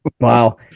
Wow